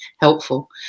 helpful